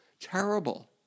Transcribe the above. terrible